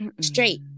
straight